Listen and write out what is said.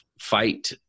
fight